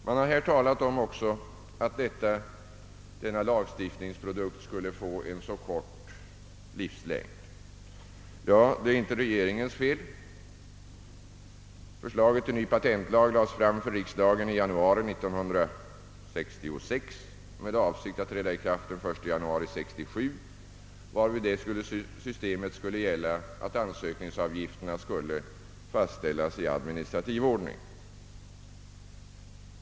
Man har här också talat om att denna lagstiftningsprodukt skulle få en så kort livslängd. Det är inte regeringens fel. Förslaget till ny patentlag lades fram för riksdagen i januari 1966 och var avsett att träda i kraft den 1 januari 1967, varvid det systemet skulle gälla att ansökningsavgifterna skulle fastställas i administrativ ordning.